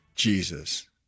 Jesus